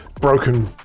broken